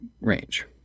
range